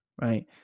right